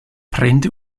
prende